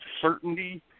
certainty